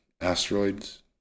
Asteroids